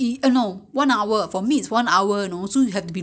一个钟头他他的肉才会软 mah